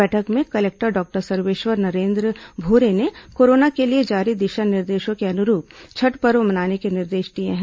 बैठक में collector doctor Sarveshwar Narendra Bhure ने कोरोना के लिए जारी दिशा निर्देशों के अनुरूप छठ पर्व मनाने के निर्देश दिए हैं